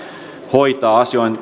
hoitaa